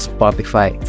Spotify